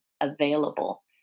available